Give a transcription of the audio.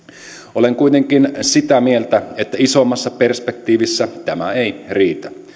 olen kuitenkin sitä mieltä että isommassa perspektiivissä tämä ei riitä